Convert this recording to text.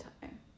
time